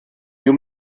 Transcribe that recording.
you